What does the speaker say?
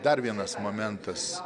dar vienas momentas